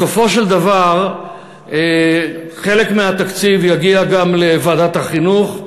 בסופו של דבר חלק מהתקציב יגיע גם לוועדת החינוך.